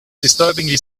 disturbingly